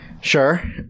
sure